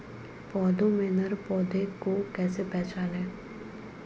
पौधों में नर पौधे को कैसे पहचानें?